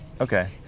Okay